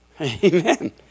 Amen